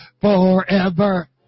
forever